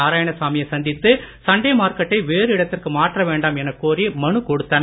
நாராயணசாமியை சந்தித்து சண்டே மார்க்கெட்டை வேறு இடத்திற்கு மாற்ற வேண்டாம் எனக் கோரி மனு கொடுத்தனர்